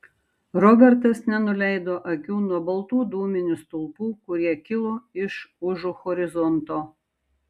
robertas nenuleido akių nuo baltų dūminių stulpų kurie kilo iš užu horizonto